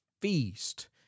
feast